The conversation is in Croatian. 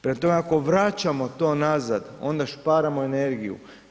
Prema tome, ako vraćamo to nazad, onda šparamo energiju.